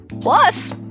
Plus